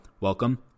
welcome